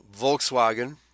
Volkswagen